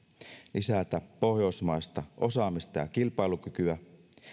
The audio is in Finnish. lisätä pohjoismaista osaamista ja ja kilpailukykyä